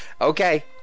okay